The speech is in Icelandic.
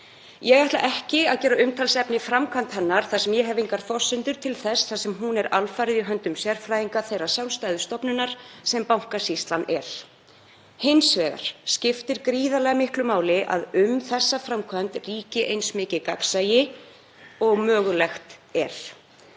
Ég ætla ekki að gera að umtalsefni framkvæmd hennar þar sem ég hef engar forsendur til þess þar sem hún var alfarið í höndum sérfræðinga þeirrar sjálfstæðu stofnunar sem Bankasýslan er. Hins vegar skiptir gríðarlega miklu máli að um þessa framkvæmd ríki eins mikið gagnsæi og mögulegt er,